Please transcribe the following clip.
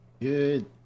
Good